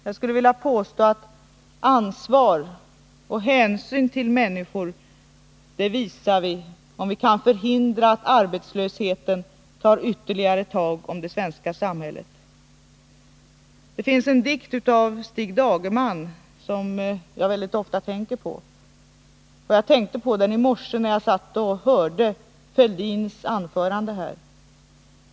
Jag skulle vilja påstå att vi tar ansvar och visar hänsyn mot människor om vi försöker förhindra att arbetslösheten tar ytterligare tag om det svenska samhället. Det finns en dikt av Stig Dagerman som jag ofta tänker på. Jag tänkte på den senast i morse när jag lyssnade på Thorbjörn Fälldins anförande.